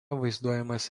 vaizduojamas